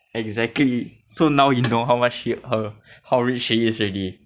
exactly so now you know how much she her how rich is is already